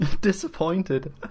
Disappointed